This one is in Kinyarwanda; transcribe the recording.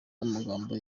amagambo